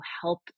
help